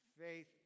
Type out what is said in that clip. Faith